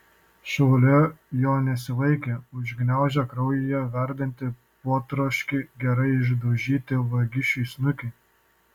šaulė jo nesivaikė užgniaužė kraujyje verdantį potroškį gerai išdaužyti vagišiui snukį